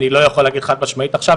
אני לא יכול להגיד חד משמעית עכשיו,